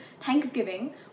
Thanksgiving